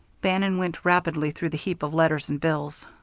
bannon went rapidly through the heap of letters and bills.